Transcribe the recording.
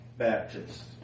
Baptists